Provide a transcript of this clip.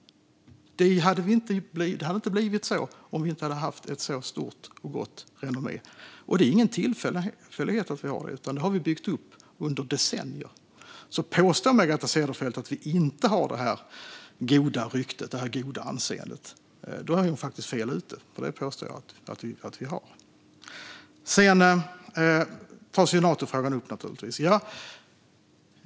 Så hade det inte blivit om vi inte hade haft ett så gott renommé. Det är inte heller en tillfällighet att vi har det, utan vi har byggt upp det under decennier. Påstår Margareta Cederfelt att vi inte har detta goda rykte och anseende anser jag att hon är fel ute, för jag påstår att vi har det. Naturligtvis tas Natofrågan upp.